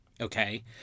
Okay